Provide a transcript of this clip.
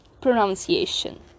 pronunciation